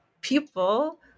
people